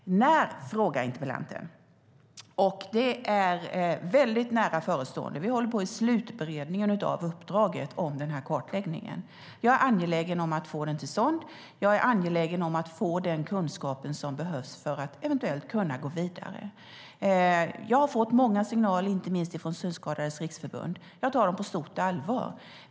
Interpellanten frågar när. Det är väldigt nära förestående. Vi håller på med slutberedningen av uppdraget om kartläggningen. Jag är angelägen om att den ska komma till stånd, och jag är angelägen om att få den kunskap som behövs för att eventuellt kunna gå vidare. Jag har fått många signaler, inte minst från Synskadades Riksförbund, och tar dem på stort allvar.